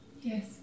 Yes